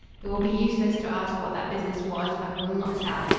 it will be useless to ask what that business was. i will not tell.